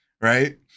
right